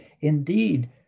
Indeed